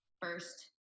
first